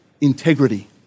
integrity